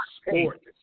SPORTS